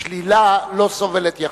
השלילה לא סובלת יחסיות.